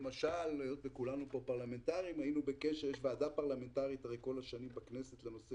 היות וכולנו כאן פרלמנטרים - כל השנים יש ועדה פרלמנטרית בכנסת לנושא